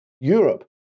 Europe